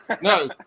No